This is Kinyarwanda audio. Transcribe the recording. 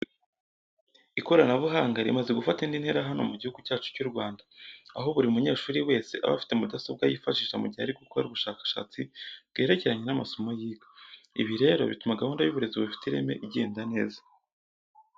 Ikoranabuhanga rimaze gufata indi ntera hano mu Gihugu cyacu cy'u Rwanda, aho ubu buri munyeshuri wese aba afite mudasobwa yifashisha mu gihe ari gukora ubushakashatsi bwerekeranye n'amasomo yiga. Ibi rero bituma gahunda y'uburezi bufite ireme igenda neza.